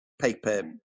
paper